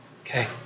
Okay